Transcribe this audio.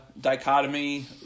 dichotomy